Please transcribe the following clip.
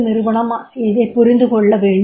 நிறுவனம் இதைப் புரிந்து கொள்ள வேண்டும்